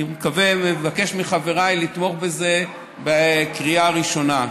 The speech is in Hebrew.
אני מקווה ומבקש מחבריי לתמוך בזה בקריאה ראשונה.